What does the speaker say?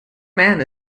man